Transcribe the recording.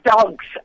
dogs